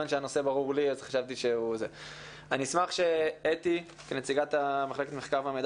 שהנושא ברור לי --- אני אשמח שאתי כנציגת מחלקת מחקר ומידע